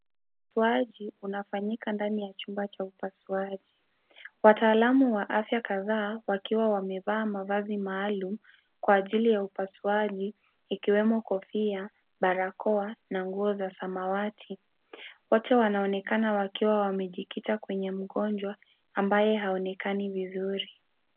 Upasuaji, unafanyika ndani ya chumba cha upasuaji, wataalamu wa afya kadhaa, wakiwa wamevaa mavazi maalum, kwa ajili ya upasuaji, ikiwemo kofia, barakoa, na nguo za samawati, wote wanaonekana wakiwa wamejikita kwenye mgonjwa, ambaye haonekani vizuri.